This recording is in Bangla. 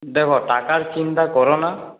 দেখো টাকার চিন্তা কোরো না